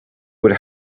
would